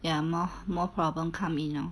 ya more more problem come in lor